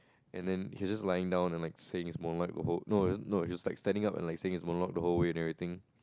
and then he just lying down and like saying his no no I just text standing up and like saying his monologue the whole way and everything